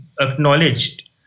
acknowledged